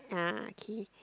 ah okay